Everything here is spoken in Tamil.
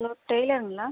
ஹலோ டெய்லருங்ளா